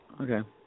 Okay